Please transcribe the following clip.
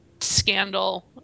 Scandal